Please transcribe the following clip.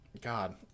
God